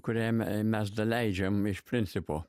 kuriam ir mes leidžiam iš principo